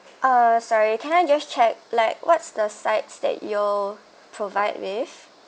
uh sorry can I just check like what's the sides that you're provided with